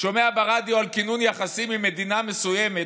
שומע ברדיו על כינון יחסים עם מדינה מסוימת,